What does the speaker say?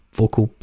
vocal